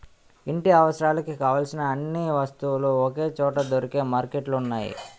ఇంటి అవసరాలకు కావలసిన అన్ని వస్తువులు ఒకే చోట దొరికే మార్కెట్లు ఉన్నాయి